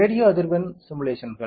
radio அதிர்வெண் சிமுலேஷன்ஸ்கள்